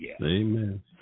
Amen